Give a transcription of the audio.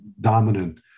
dominant